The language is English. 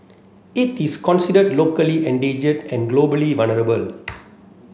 it is considered locally endangered and globally vulnerable